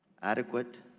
adequate?